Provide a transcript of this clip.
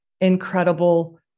incredible